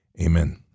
Amen